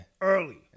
Early